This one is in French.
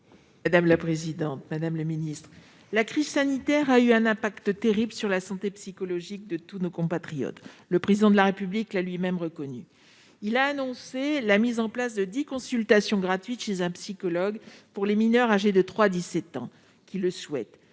de la santé. Madame la ministre, la crise sanitaire a eu un impact terrible sur la santé psychologique de tous nos compatriotes. Le Président de la République l'a lui-même reconnu. Il a annoncé la mise en place de dix consultations gratuites chez un psychologue pour les mineurs âgés de 3 à 17 ans qui le souhaitent.